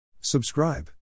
Subscribe